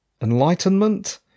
Enlightenment